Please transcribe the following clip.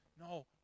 No